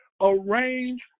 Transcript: arrange